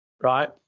right